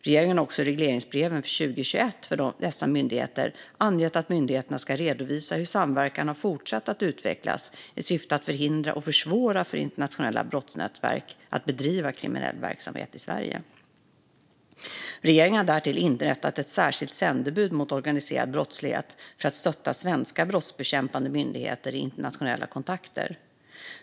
Regeringen har också i regleringsbreven för 2021 för dessa myndigheter angett att myndigheterna ska redovisa hur samverkan har fortsatt att utvecklas i syfte att förhindra och försvåra för internationella brottsnätverk att bedriva kriminell verksamhet i Sverige. Regeringen har därtill inrättat ett särskilt sändebud mot organiserad brottslighet för att stötta svenska brottsbekämpande myndigheter i internationella kontakter.